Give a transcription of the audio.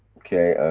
okay.